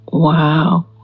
Wow